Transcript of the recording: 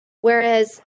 Whereas